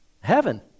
Heaven